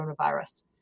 coronavirus